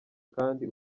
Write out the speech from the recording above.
kandi